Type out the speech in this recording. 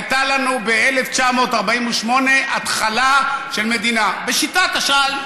הייתה לנו ב-1948 התחלה של מדינה בשיטת השעל.